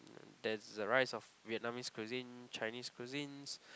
there's a rise of Vietnamese cuisine Chinese cuisines